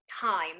time